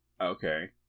Okay